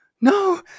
no